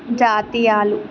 జాతీయాలు